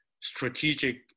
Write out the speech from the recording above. strategic